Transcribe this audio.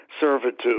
servitude